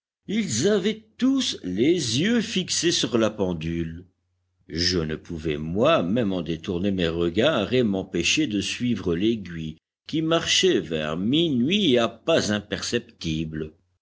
ils avaient tous les yeux fixés sur la pendule je ne pouvais moi-même en détourner mes regards et m'empêcher de suivre l'aiguille qui marchait vers minuit à pas imperceptibles